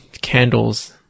candles